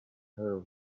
her